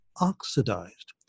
oxidized